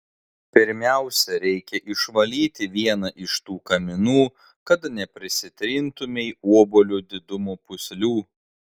pirmiausia reikia išvalyti vieną iš tų kaminų kad neprisitrintumei obuolio didumo pūslių